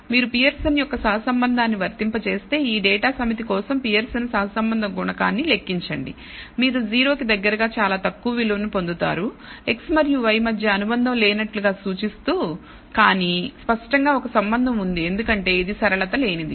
మీరు పియర్సన్ యొక్క సహసంబంధాన్ని వర్తింపజేస్తే ఈ డేటా సమితి కోసం పియర్సన్ సహసంబంధ గుణకాన్ని లెక్కించండి మీరు 0 కి దగ్గరగా చాలా తక్కువ విలువను పొందుతారు x మరియు y మధ్య అనుబంధం లేనట్లుగా సూచిస్తూ కానీ స్పష్టంగా ఒక సంబంధం ఉంది ఎందుకంటే ఇది సరళత లేనిది